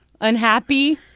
Unhappy